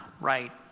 right